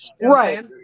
right